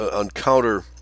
encounter